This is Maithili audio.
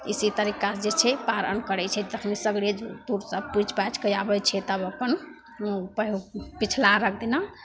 इसी तरीकासे जे छै पारण करै छै तखनी सगरे जूठ तूठ सब पोछि पाछिके आबै छै तब अपन मुँह पिछला अरघ दिना